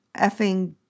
effing